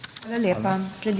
Hvala lepa.